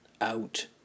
out